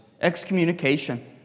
Excommunication